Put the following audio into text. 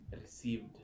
Received